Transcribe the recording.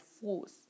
force